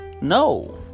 No